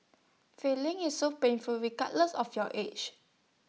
filing is so painful regardless of your age